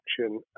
action